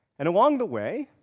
and along the way,